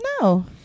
No